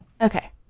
okay